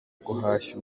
guhashya